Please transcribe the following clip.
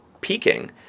peaking